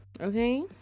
Okay